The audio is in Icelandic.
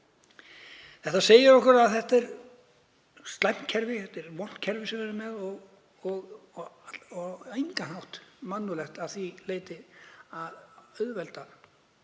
Þetta segir okkur að þetta er slæmt kerfi, þetta er vont kerfi sem við erum með og á engan hátt mannúðlegt að því leyti að auðvelda